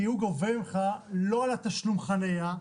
כי הוא גובה ממך לא על התשלום חנייה,